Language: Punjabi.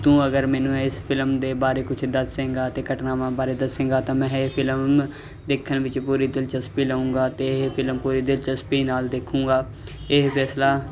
ਤੂੰ ਅਗਰ ਮੈਨੂੰ ਇਸ ਫਿਲਮ ਦੇ ਬਾਰੇ ਕੁਝ ਦੱਸੇਗਾ ਤੇ ਘਟਨਾਵਾਂ ਬਾਰੇ ਦੱਸੇਗਾ ਤਾਂ ਮੈਂ ਇਹ ਫਿਲਮ ਦੇਖਣ ਵਿੱਚ ਪੂਰੀ ਦਿਲਚਸਪੀ ਲਊਂਗਾ ਤੇ ਇਹ ਫਿਲਮ ਪੂਰੀ ਦਿਲਚਸਪੀ ਨਾਲ ਦੇਖੂਗਾ ਇਹ ਫੈਸਲਾ